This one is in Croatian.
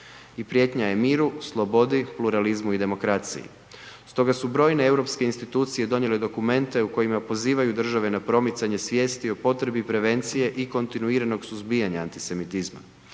prijetnja je miru, slobodi, pluralizmu i demokraciji. Stoga su brojne europske institucije donijele dokumente u kojima pozivaju države na promicanje svijesti o potrebi prevencije i kontinuiranog suzbijanja antisemitizma.